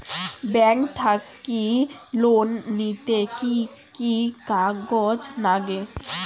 Bank থাকি loan নিতে কি কি কাগজ নাগে?